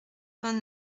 vingt